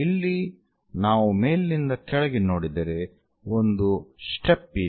ಇಲ್ಲಿ ನಾವು ಮೇಲಿನಿಂದ ಕೆಳಗೆ ನೋಡಿದರೆ ಒಂದು ಸ್ಟೆಪ್ ಇದೆ